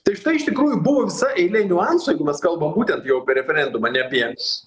tai štai iš tikrųjų buvo visa eilė niuansų jeigu mes kalbam būtent jau apie referendumą ne apie